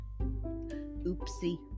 oopsie